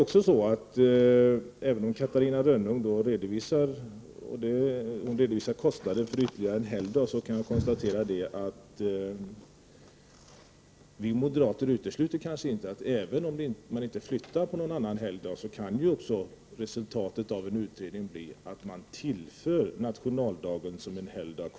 Catarina Rönnung redovisar kostnaden för ytterligare en helgdag. Jag kan dock konstatera att vi moderater inte utesluter att resultatet av en utredning kan bli att man tillför nationaldagen som en helgdag, kort och gott, även om man inte flyttar på någon annan helgdag.